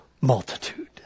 multitude